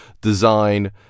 design